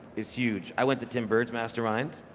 is huge. i went to tim bird's mastermind,